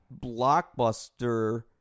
Blockbuster